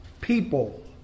people